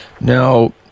Now